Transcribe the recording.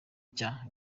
cya